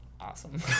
Awesome